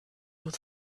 with